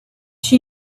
she